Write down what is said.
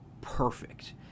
perfect